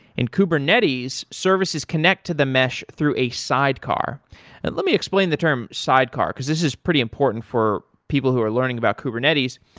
in kubernetes, services connect to the mesh through a sidecar now and let me explain the term sidecar, because this is pretty important for people who are learning about kubernetes.